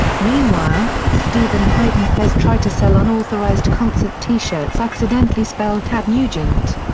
meanwhile, steven hyde and fez try to sell unauthorized concert t-shirts accidentally spelled tad nugent.